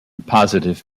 positive